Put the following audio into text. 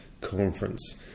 conference